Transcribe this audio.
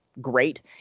great